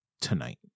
tonight